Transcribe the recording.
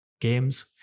games